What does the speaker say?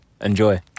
Enjoy